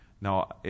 Now